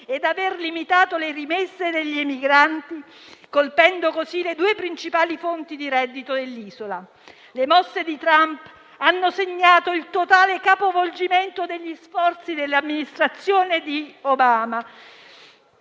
e aver limitato le rimesse degli emigranti, colpendo così le due principali fonti di reddito dell'isola. Le mosse di Trump hanno segnato il totale capovolgimento degli sforzi dell'Amministrazione Obama